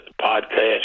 podcast